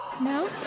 No